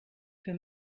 für